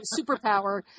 superpower